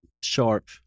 sharp